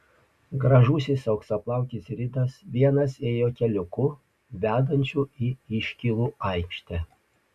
gražusis auksaplaukis ridas vienas ėjo keliuku vedančiu į iškylų aikštę